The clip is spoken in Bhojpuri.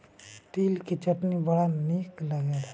तिल के चटनी बड़ा निक लागेला